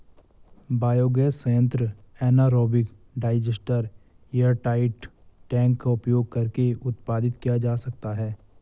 biogas संयंत्र anaerobic digester airtight tank का उपयोग करके उत्पादित किया जा सकता है